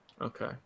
Okay